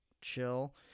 chill